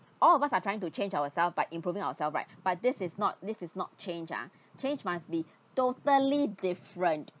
all of us are trying to change ourselves by improving ourselves right but this is not this is not change ah change must be totally different